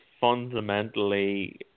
fundamentally